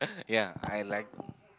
ya I like